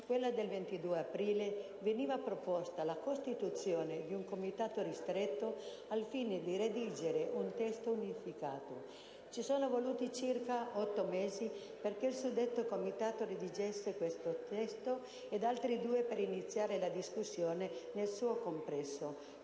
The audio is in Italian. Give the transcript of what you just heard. successiva del 22 aprile veniva proposta la costituzione di un Comitato ristretto al fine di redigere un testo unificato. Ci sono voluti circa otto mesi perché il suddetto Comitato redigesse questo testo e altri due per iniziare la discussione generale.